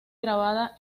grabada